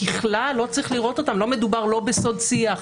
את זה סגרנו.